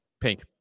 Pink